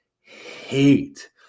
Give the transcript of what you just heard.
hate